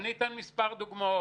יש נושא חשוב מאוד.